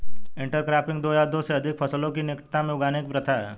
intercropping दो या दो से अधिक फसलों को निकटता में उगाने की प्रथा है